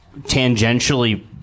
tangentially